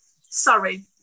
sorry